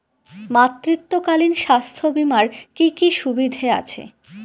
মাতৃত্বকালীন স্বাস্থ্য বীমার কি কি সুবিধে আছে?